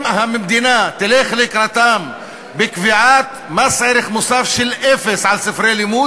אם המדינה תלך לקראתם בקביעת מס ערך מוסף אפס על ספרי לימוד,